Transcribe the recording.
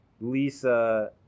Lisa